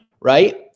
right